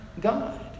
God